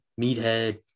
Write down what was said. meathead